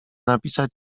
napisać